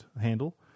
handle